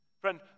Friend